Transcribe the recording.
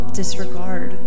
disregard